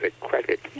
credit